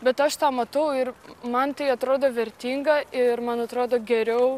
bet aš matau ir man tai atrodo vertinga ir man atrodo geriau